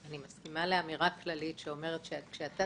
אני מסכימה לאמירה כללית שאומרת שכשאתה